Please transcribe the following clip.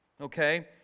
okay